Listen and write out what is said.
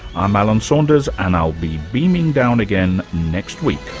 i'm alan saunders and i'll be beaming down again next week.